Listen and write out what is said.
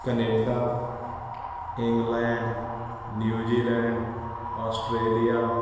Canada England New Zealand Australia